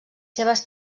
seves